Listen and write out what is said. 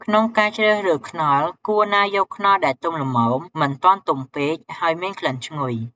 ក្នុងការជ្រើសរើសខ្នុរគួរណាយកខ្នុរដែលទុំល្មម មិនទាន់ទុំពេក ហើយមានក្លិនឈ្ងុយ។